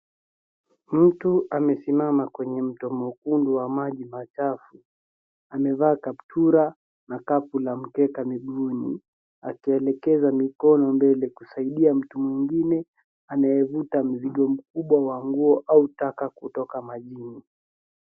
Mtu amesimama kwenye mto mwekundu wa maji machafu. Amevaa kaptura na kapu na mkeka mguuni, akielekeza mikono mbele kusaidia mtu mwingine anayevuta mzigo mkubwa wa nguo au taka kutoka majini.